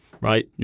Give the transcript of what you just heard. right